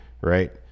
Right